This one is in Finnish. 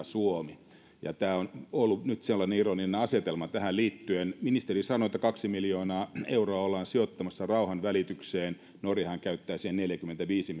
suomi tämä on ollut nyt sellainen ironinen asetelma tähän liittyen ministeri sanoi että kaksi miljoonaa euroa ollaan sijoittamassa rauhanvälitykseen norjahan käyttää siihen neljäkymmentäviisi